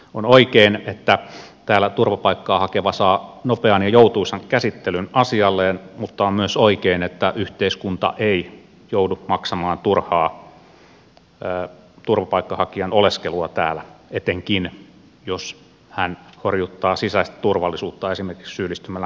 on oikein että täällä turvapaikkaa hakeva saa nopean ja joutuisan käsittelyn asialleen mutta on myös oikein että yhteiskunta ei joudu maksamaan turhaa turvapaikanhakijan oleskelua täällä etenkin jos hän horjuttaa sisäistä turvallisuutta esimerkiksi syyllistymällä rikokseen